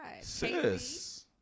Sis